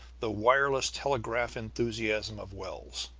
the wireless telegraph enthusiasm of wells.